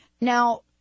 Now